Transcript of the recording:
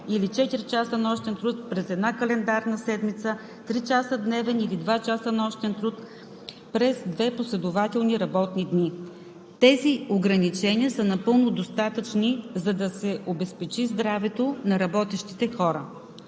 или 4 часа нощен труд през една календарна седмица, 3 часа дневен, или 2 часа нощен труд през два последователни работни дни. Тези ограничения са напълно достатъчни, за да се обезпечи здравето на работещите хора.